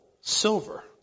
silver